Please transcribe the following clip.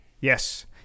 Yes